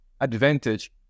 advantage